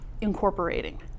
incorporating